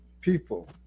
people